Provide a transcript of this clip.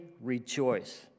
rejoice